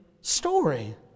story